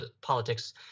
politics